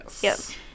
Yes